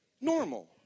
normal